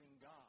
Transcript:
God